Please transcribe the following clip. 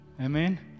Amen